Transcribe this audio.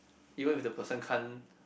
even if the person can't